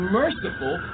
merciful